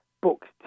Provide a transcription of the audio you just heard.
books